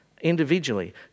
individually